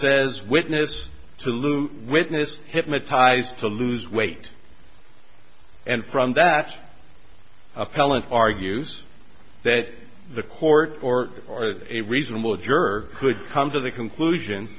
says witness to luke witness hypnotized to lose weight and from that appellant argues that the court or a reasonable juror could come to the conclusion